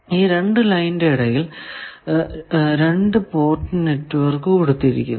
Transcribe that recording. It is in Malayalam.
ഈ രണ്ടു ലൈനിന്റെ ഇടയിൽ 2 പോർട്ട് നെറ്റ്വർക്ക് കൊടുത്തിരിക്കുന്നു